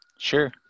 Sure